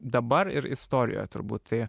dabar ir istorijoje turbūt tai